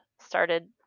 started